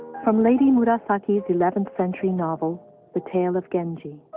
from lady murasaki's eleventh century novel the tale of genji